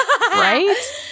right